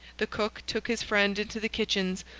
the cook took his friend into the kitchens,